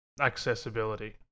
accessibility